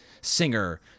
singer